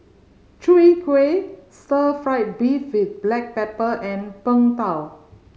Chwee Kueh stir fried beef with black pepper and Png Tao